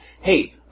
Hey